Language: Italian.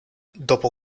dopo